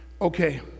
Okay